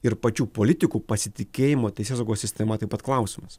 ir pačių politikų pasitikėjimo teisėsaugos sistema taip pat klausimas